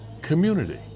community